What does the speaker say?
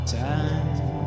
time